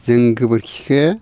जों गोबोरखिखो